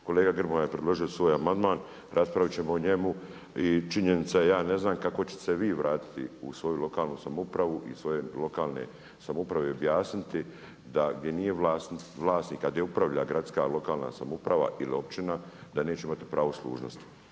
Kolega Grmoja je predložio svoj amandman. Raspravit ćemo o njemu. I činjenica, ja ne znam kako ćete se vi vratiti u svoju lokalnu samoupravu i svoje lokalne samouprave i objasniti da gdje nije vlasnika, gdje upravlja gradska, lokalna samouprava ili općina da neće imati pravo služnosti.